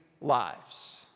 lives